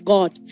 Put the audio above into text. God